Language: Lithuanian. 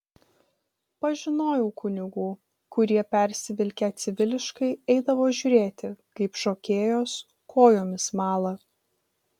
pažinojau kunigų kurie persivilkę civiliškai eidavo žiūrėti kaip šokėjos kojomis mala